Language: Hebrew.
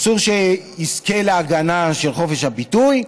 אסור שיזכה להגנה של חופש הביטוי,